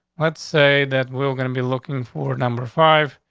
let's say that we're gonna be looking for number five.